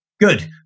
good